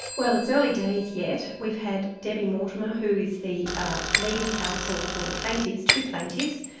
well, it's early days yet. we've had debbie mortimer, who is the lead counsel for the plaintiffs, two plaintiffs.